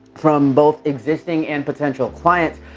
from both existing and potential clients,